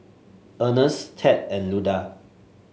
Ernest Ted and Luda